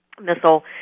missile